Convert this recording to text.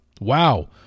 wow